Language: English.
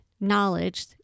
knowledge